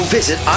visit